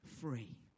free